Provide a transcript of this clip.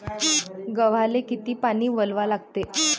गव्हाले किती पानी वलवा लागते?